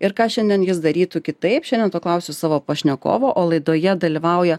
ir ką šiandien jis darytų kitaip šiandien to klausiu savo pašnekovo o laidoje dalyvauja